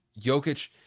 Jokic